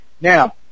Now